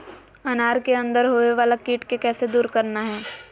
अनार के अंदर होवे वाला कीट के कैसे दूर करना है?